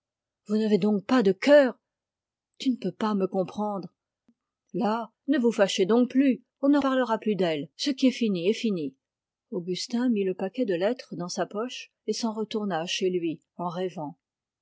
vous n'avez donc pas de cœur tu ne peux pas me comprendre là ne vous fâchez donc plus on ne parlera plus d'elle ce qui est fini est fini augustin mit le paquet de lettres dans sa poche et s'en retourna chez lui en rêvant